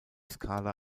skala